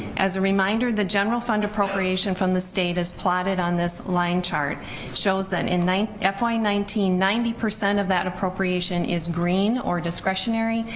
as a reminder, the general fund appropriation from the state is plotted on this line chart shows that in fy nineteen ninety percent of that appropriation is green or discretionary,